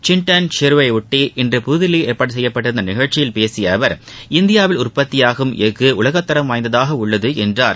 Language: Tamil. சின்டன் ஷிவிரையொட்டி இன்று புதுதில்லியில் ஏற்பாடு செய்யப்பட்டிருந்த நிகழ்ச்சியில் பேசிய அவர் இந்தியாவில் உற்பத்தியாகும் எஃகு உலக தரம்வாய்ந்ததாக உள்ளது என்றார்